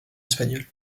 espagnole